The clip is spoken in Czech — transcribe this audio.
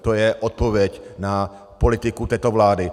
To je odpověď na politiku této vlády.